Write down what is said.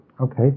Okay